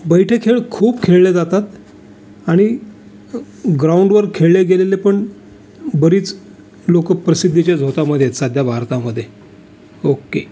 बैठे खेळ खूप खेळले जातात आणि ग्राउंडवर खेळले गेलेले पण बरीच लोकं प्रसिद्धीच्या झोतामध्ये आहेत सध्या भारतामध्ये ओक्के